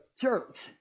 church